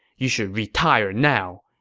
you should retire now,